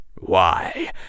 why